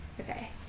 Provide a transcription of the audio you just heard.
Okay